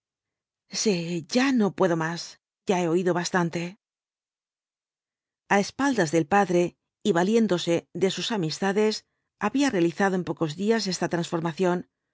sí ya no puedo más ya he oído bastante a espaldas del padre y valiéndose de sus amistades había realizado en pocos días esta transformación